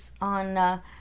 on